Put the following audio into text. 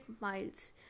miles